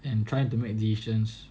and try to make decisions